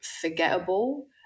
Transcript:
forgettable